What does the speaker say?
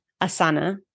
asana